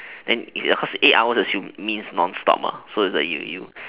then is it a cause eight hours assume means non stop so it's like you you